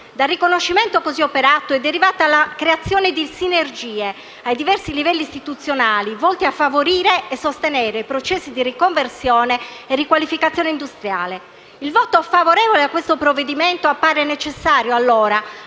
Dal riconoscimento così operato, è derivata la creazione di sinergie ai diversi livelli istituzionali volte a favorire e sostenere i processi di riconversione e riqualificazione industriale. Il voto favorevole a questo provvedimento appare allora necessario allo